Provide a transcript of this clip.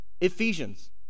Ephesians